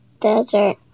desert